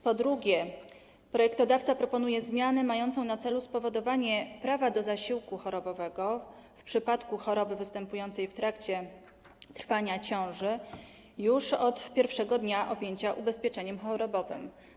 Po drugie, projektodawca proponuje zmianę mającą na celu wprowadzenie prawa do zasiłku chorobowego w przypadku choroby występującej w trakcie trwania ciąży już od pierwszego dnia objęcia ubezpieczeniem chorobowym.